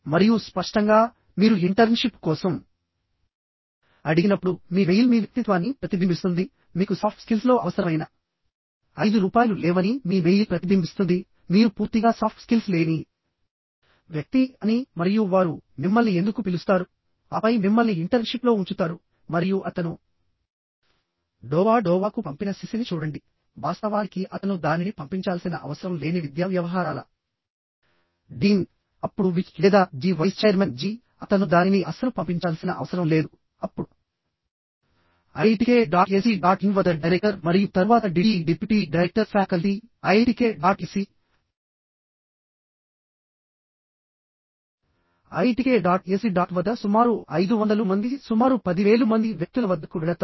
మరియు స్పష్టంగా మీరు ఇంటర్న్షిప్ కోసం అడిగినప్పుడు మీ మెయిల్ మీ వ్యక్తిత్వాన్ని ప్రతిబింబిస్తుంది మీకు సాఫ్ట్ స్కిల్స్లో అవసరమైన ఐదు రూపాయలు లేవని మీ మెయిల్ ప్రతిబింబిస్తుంది మీరు పూర్తిగా సాఫ్ట్ స్కిల్స్ లేని వ్యక్తి అని మరియు వారు మిమ్మల్ని ఎందుకు పిలుస్తారు ఆపై మిమ్మల్ని ఇంటర్న్షిప్లో ఉంచుతారు మరియు అతను డోవా డోవాకు పంపిన సిసిని చూడండి వాస్తవానికి అతను దానిని పంపించాల్సిన అవసరం లేని విద్యా వ్యవహారాల డీన్ అప్పుడు విచ్ లేదా జీ వైస్ ఛైర్మన్ జీ అతను దానిని అస్సలు పంపించాల్సిన అవసరం లేదు అప్పుడు IITK dot AC dot in వద్ద డైరెక్టర్ మరియు తరువాత DD deputy director faculty IITK dot AC IITK dot AC dot వద్ద సుమారు 500 మంది సుమారు 10000 మంది వ్యక్తుల వద్దకు వెళతారు